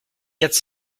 quatre